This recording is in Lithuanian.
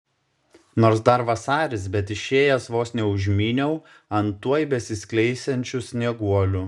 nors dar vasaris bet išėjęs vos neužmyniau ant tuoj besiskleisiančių snieguolių